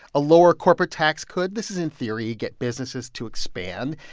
a lower corporate tax could this is in theory get businesses to expand.